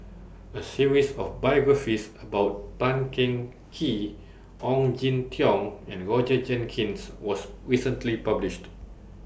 A series of biographies about Tan Teng Kee Ong Jin Teong and Roger Jenkins was recently published